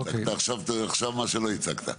עכשיו, מה שלא הצגת.